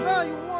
Value